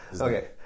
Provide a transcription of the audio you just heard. okay